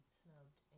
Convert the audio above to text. snubbed